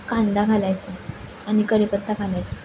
कांदा घालायचा आणि कढीपत्ता घालायचा